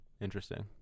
Interesting